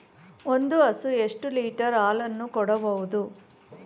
ಒಂದು ಹಸು ಎಷ್ಟು ಲೀಟರ್ ಹಾಲನ್ನು ಕೊಡಬಹುದು?